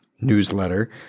newsletter